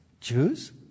Jews